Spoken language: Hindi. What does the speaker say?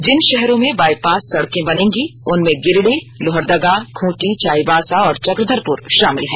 जिन भाहरों में बाईपास सड़कें बनेंगी उनमें गिरिडीह लोहरदगा खूंटी चाईबासा और चक्रघरपुर भाामिल हैं